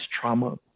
trauma